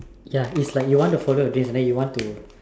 ya it's like you want to follow your dreams and then you want to